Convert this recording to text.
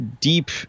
deep